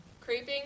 creeping